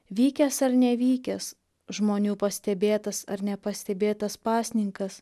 vykęs ar nevykęs žmonių pastebėtas ar nepastebėtas pasninkas